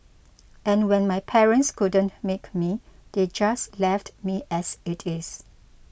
and when my parents couldn't make me they just left me as it is